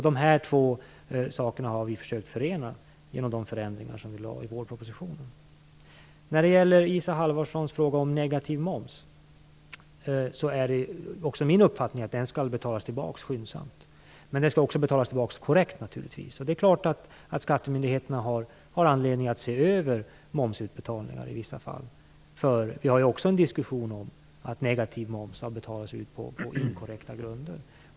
Dessa två saker har vi försökt förena genom de förslag till förändringar som vi lade fram i vårpropositionen. När det gäller Isa Halvarssons fråga om negativ moms är också min uppfattning att den skall betalas tillbaka skyndsamt. Men den skall naturligtvis också betalas tillbaka korrekt. Det är klart att skattemyndigheterna har anledning att se över momsutbetalningar i vissa fall. Vi har ju också en diskussion om att negativ moms har betalats ut på inkorrekta grunder.